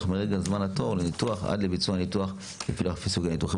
ומרגע זמן התור לניתוח עד לביצוע הניתוח בפילוח לפי סוגי ניתוחים,